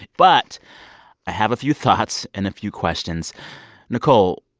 but i have a few thoughts and a few questions nichole,